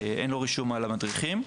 אין לו רישום על המדריכים.